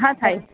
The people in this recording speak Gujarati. હા થાય